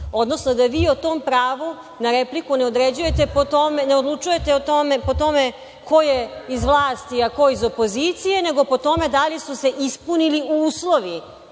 odnosno da vi o tom pravu na repliku ne određujete, ne odlučujete po tome ko je iz vlasti, a ko iz opozicije, nego po tome da li su se ispunili uslovi